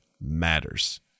matters